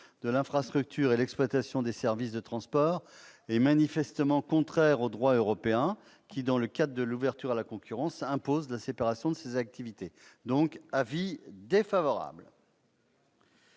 de l'infrastructure et l'exploitation des services de transport -est manifestement contraire au droit européen, qui, dans le cadre de l'ouverture à la concurrence, impose la séparation de ces activités. L'avis est donc